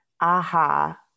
aha